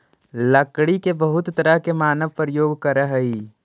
लकड़ी के बहुत तरह से मानव प्रयोग करऽ हइ